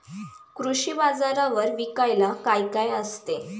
कृषी बाजारावर विकायला काय काय असते?